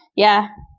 yeah.